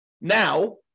now